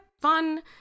fun